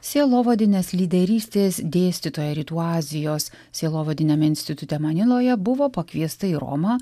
sielovadinės lyderystės dėstytoja rytų azijos sielovadiniame institute maniloje buvo pakviesta į romą